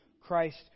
Christ